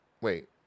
Wait